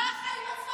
זה החיים עצמם.